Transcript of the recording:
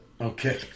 Okay